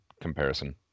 comparison